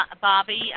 Bobby